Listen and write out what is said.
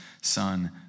son